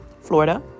florida